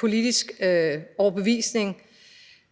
politisk overbevisning,